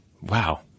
Wow